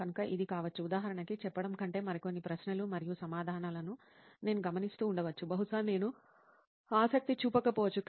కనుక ఇది కావచ్చు ఉదాహరణకి చెప్పడం కంటే మరికొన్ని ప్రశ్నలు మరియు సమాధానాలను నేను గమనిస్తూ ఉండవచ్చు బహుశా నేను ఆసక్తి చూపకపోవచ్చు